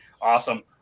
Awesome